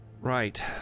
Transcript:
Right